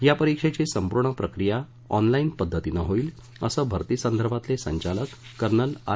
या परिक्षेची संपूर्ण प्रक्रिया ही ऑनलाईन पद्धतीनं होईल असं भरती संदर्भातले संचालक कर्नल आर